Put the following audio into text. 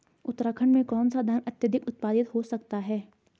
उत्तराखंड में कौन सा धान अत्याधिक उत्पादित हो सकता है?